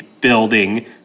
building